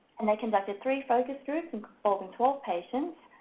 and they conducted three focus groups, and involving twelve patients,